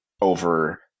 over